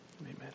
Amen